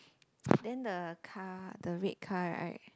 then the car the red car right